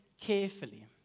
carefully